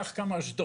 כך קמה אשדוד.